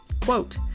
quote